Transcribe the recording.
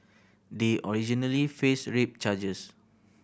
they originally faced rape charges